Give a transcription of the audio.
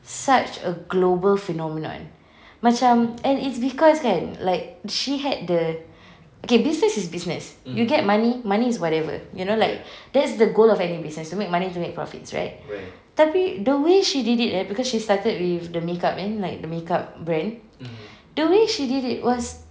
such a global phenomenon macam and it's because kan like she had the okay business is business you get money money is whatever you know like that's the goal of any business to make money to make profits right tapi the way she did it eh because she started with the makeup and the makeup brand the way she did it was